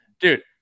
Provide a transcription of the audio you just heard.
dude